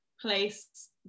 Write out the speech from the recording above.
place